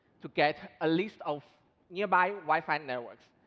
to get a list of nearby wi-fi and networks,